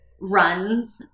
runs